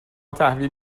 تحویل